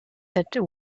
that